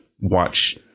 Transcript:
watch